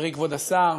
חברי כבוד השר,